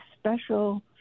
special